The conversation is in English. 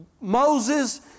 Moses